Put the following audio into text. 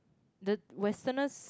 the westerners